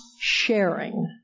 sharing